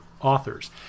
authors